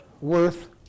worth